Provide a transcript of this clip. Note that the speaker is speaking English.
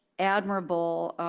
admirable.